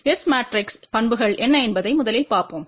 S matrix பண்புகள் என்ன என்பதை முதலில் பார்ப்போம்